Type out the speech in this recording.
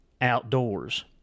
outdoors